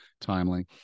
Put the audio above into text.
timely